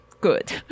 good